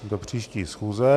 Do příští schůze.